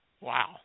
Wow